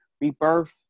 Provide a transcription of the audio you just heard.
rebirth